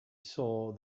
saw